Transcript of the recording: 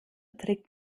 trägt